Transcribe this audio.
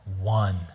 One